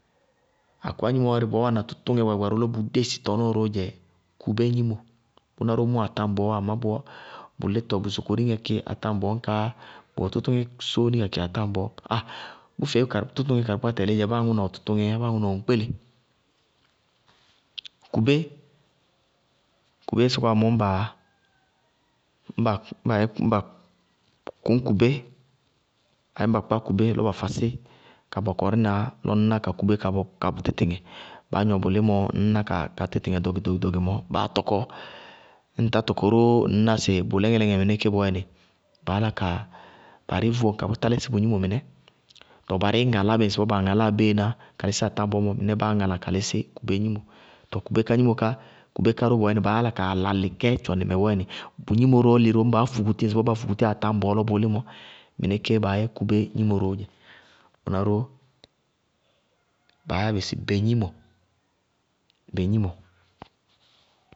Akúwá gnimo wárɩ bɔɔ wáana tʋtʋŋɛɛ lɔ bʋʋ dési tʋtʋŋɛɛ dzɛ kubé gnimo. Bʋná ró mʋ atáŋbɔɔ, amá bʋ lítɔ, bʋ sokoriŋɛ kí atáŋbɔɔ ñka, bʋwɛ tʋtʋŋɛ sóóni kakɩ atáŋbɔɔ. Aaa bʋfeé tʋtʋŋɛ karɩkpákpáá tɛlɩí dzɛ, báa aŋʋ na ɔ tʋtʋŋɛɛ yá, báa aŋʋ na ɔ ŋkpéle. Kubé, kubéé sɔkɔwá mɔɔ, ñŋ ba kʋñ kubé, abéé ñŋ ba kpá kubé lɔ ba fasí ka bɔkɔrína lɔ ŋñná kubé ká bʋ tɩɩtɩŋɛ, baá gnɔ bʋ límɔ ŋñná ka tɩtɩŋɛ ɖɔgɩ-ɖɔgɩ-ɖɔgɩ mɔɔ baá tɔkɔ. Ñŋ ŋtá tɔkɔ róó, ŋñná sɩ bʋ lɛŋɛ-lɛŋɛ mɩnɛ kéé bɔɔyɛnɩ, baá yála ka barɩí vóŋ ka kpátá lísí bʋ gnimo mɩnɛ, tɔɔ barɩí ŋalá ŋsɩbɔɔ baa ŋalàa béená ka lísí atáŋbɔɔ mɔ, mɩnɛ kéé báá ŋala ka lísí kubé gnimo. Tɔɔ kubé ká gnimo ká, kubé ká bɔɔyɛnɩ, báá kaa lalɩ kɛ tchɔnɩ mɛ bɔɔyɛnɩ, bʋ gnimo róó lɩ ró ñŋ baá fukuti ŋsɩbɔɔ bá dukutiyá atáŋbɔɔ lɔ bʋ lí mɔ, mɩnɛ kéé baá yɛ kubé gnimo róó dzɛ. Bʋná ró baá yá bɩ sɩ begnímo, begnímo.